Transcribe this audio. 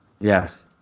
yes